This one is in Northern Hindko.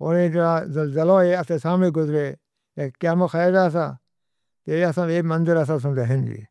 ہو رہا ہے۔ اتھوا سامراج گزرے کال میں ایسا-تیسا مندر ہے۔